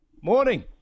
morning